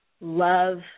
love